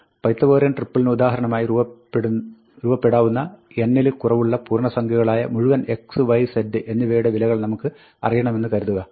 Pythagorean ട്രിപ്പിളിന് ഉദാഹരണങ്ങളായി രൂപപ്പെടാവുന്ന n ൽ കുറവുള്ള പൂർണ്ണസംഖ്യകളായ മുഴുവൻ x y z എന്നിവയുടെ വിലകൾ നമുക്ക് അറിയണമെന്ന് കരുതുക